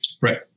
Right